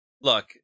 look